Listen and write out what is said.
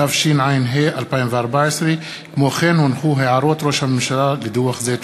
התשע"ה 2014, והערות ראש הממשלה לדוח זה.